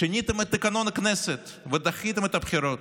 שיניתם את תקנון הכנסת ודחיתם את הבחירות